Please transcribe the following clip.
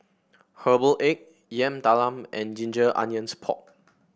Herbal Egg Yam Talam and Ginger Onions Pork